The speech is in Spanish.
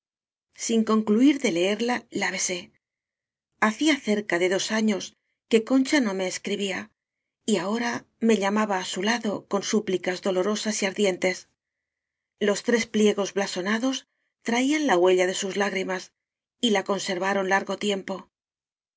sin concluir de leerla la besé hacía cerca de dos años que concha no mcescribía y ahora me llamaba á su lado con súplicas dolorosas y ardientes los tres pliegos blasonados traían la huella de sus lágrimas y la conservaron largo tiempo